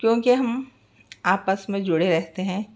کیونکہ ہم آپس میں جڑے رہتے ہیں